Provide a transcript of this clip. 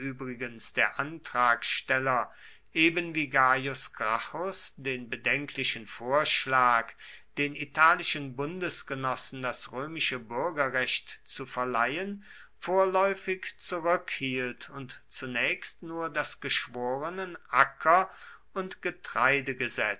übrigens der antragsteller ebenwie gaius gracchus den bedenklichen vorschlag den italischen bundesgenossen das römische bürgerrecht zu verleihen vorläufig zurückhielt und zunächst nur das geschworenen acker und